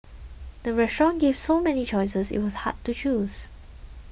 the restaurant gave so many choices it was hard to choose